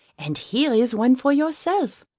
and here is one for yourself.